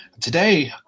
Today